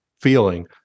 feeling